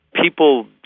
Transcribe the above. people